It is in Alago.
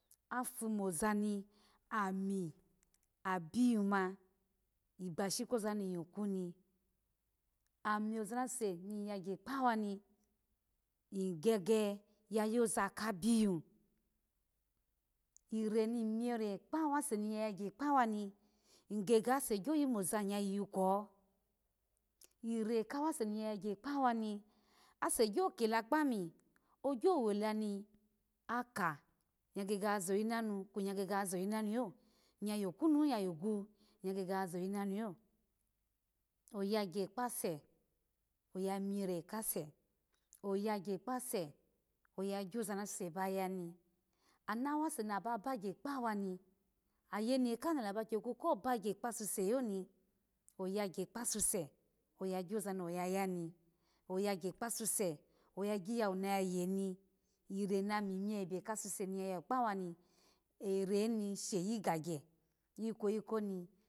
Afu mo zani ami abiyu igbashiko zani yukuni, ami oza na suse ni yagga kpawa ni, ny gege yayoza ka biyu, irani mira kpawa se ni yayagya kpawa ni, ny gege ase gyo yu moza nyya yiyiyayi kwo ira kha wase ni nyya yagga kpa wani ase gyo kela kpami ogyo wela na ka nyya gege yazoyina nu ku ya gege yaza yinanuyo iya yo kunu hin yayigu iyagege ya za yina nuyo oyagya kpase oya imire kase oyaya kpase oya gyoza na suse bayani ana wese nahaba bagya kpawa ni ana yene kaha nala ba kyagu ko bagya kpasuse yoni oyagya kpasuse oya gyoza noyayani, oyagya kpa suse oya gyiyawu no yaye irana mimyo ebe ka suse na mi ya yawu kpawani irani sheyi gagya ikweyi koni.